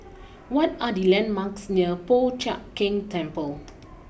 what are the landmarks near Po Chiak Keng Temple